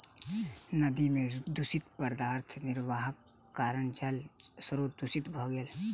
नदी में दूषित पदार्थ निर्वाहक कारणेँ जल स्त्रोत दूषित भ गेल